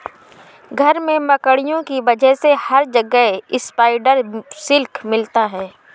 घर में मकड़ियों की वजह से हर जगह स्पाइडर सिल्क मिलता है